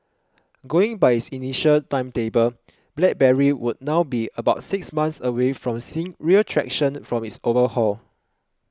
going by his initial timetable BlackBerry would now be about six months away from seeing real traction from its overhaul